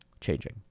changing